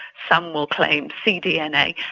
some will claim cdna,